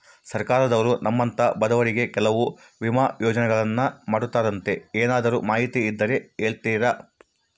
ಸರ್ಕಾರದವರು ನಮ್ಮಂಥ ಬಡವರಿಗಾಗಿ ಕೆಲವು ವಿಮಾ ಯೋಜನೆಗಳನ್ನ ಮಾಡ್ತಾರಂತೆ ಏನಾದರೂ ಮಾಹಿತಿ ಇದ್ದರೆ ಹೇಳ್ತೇರಾ?